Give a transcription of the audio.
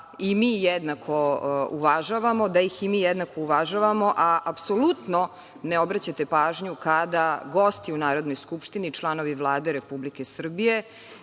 na kojima insistirate da ih i mi jednako uvažavamo, a apsolutno ne obraćate pažnju kada gosti u Narodnoj skupštini, članovi Vlade Republike Srbije